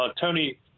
Tony